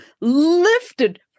lifted